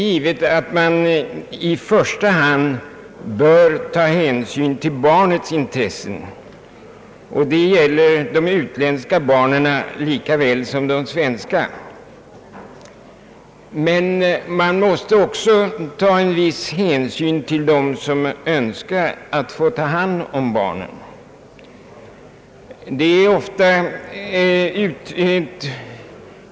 Givetvis bör man i första hand ta hänsyn till barnets intressen, och detta gäller utländska barn lika väl som svenska. Men man måste också ta en viss hänsyn till dem som önskar få hand om barnen.